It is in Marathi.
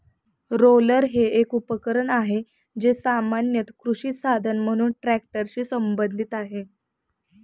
रोलर हे एक उपकरण आहे, जे सामान्यत कृषी साधन म्हणून ट्रॅक्टरशी संबंधित आहे